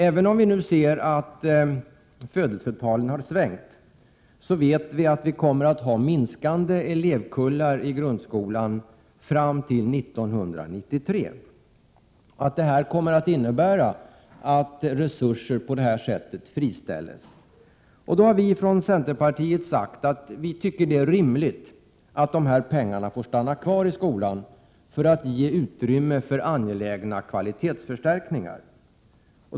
Även om födelsetalen nu har svängt kommer elevkullarna i grundskolan att minska fram till 1993, och det innebär att resurser kommer att friställas. Vi har från centerpartiet sagt att det är rimligt att dessa pengar får stanna kvar i skolan för att ge utrymme åt angelägna kvalitetsförstärkningar.